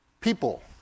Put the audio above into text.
people